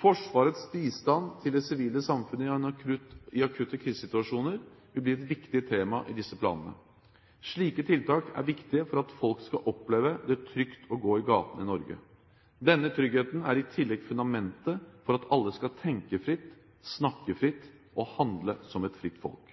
Forsvarets bistand til det sivile samfunn i akutte krisesituasjoner vil bli et viktig tema i disse planene. Slike tiltak er viktige for at folk skal oppleve det trygt å gå i gatene i Norge. Denne tryggheten er i tillegg fundamentet for at alle skal tenke fritt, snakke fritt og handle som et fritt folk.